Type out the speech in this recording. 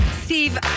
Steve